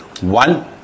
One